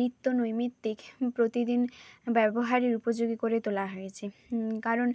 নিত্যনৈমিত্তিক প্রতিদিন ব্যবহারের উপযোগী করে তোলা হয়েছে কারণ